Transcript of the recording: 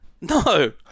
No